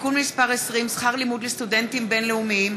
(תיקון מס׳ 20) (שכר לימוד לסטודנטים בין-לאומיים),